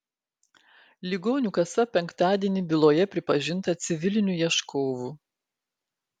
ligonių kasa penktadienį byloje pripažinta civiliniu ieškovu